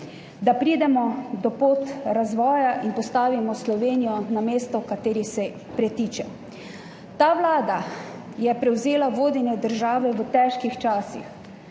da pridemo na pot razvoja in postavimo Slovenijo na mesto, ki ji pritiče. Ta vlada je prevzela vodenje države v težkih časih,